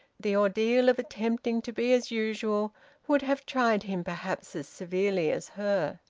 the ordeal of attempting to be as usual would have tried him perhaps as severely as her.